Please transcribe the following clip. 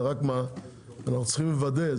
רק צריך לוודא,